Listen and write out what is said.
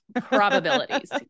Probabilities